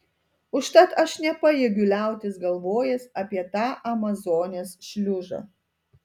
užtat aš nepajėgiu liautis galvojęs apie tą amazonės šliužą